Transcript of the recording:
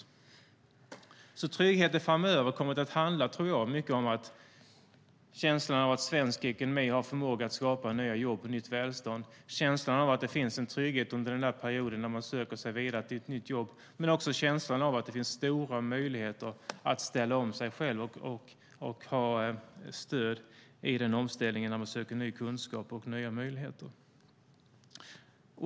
Jag tror att tryggheten framöver mycket kommer att handla om känslan av att svensk ekonomi har förmågan att skapa nya jobb och nytt välstånd, känslan av att det finns en trygghet under perioden då man söker sig vidare till ett nytt jobb men också känslan av att det finns stora möjligheter att ställa om sig själv och ha stöd i den omställningen när man söker ny kunskap och nya möjligheter.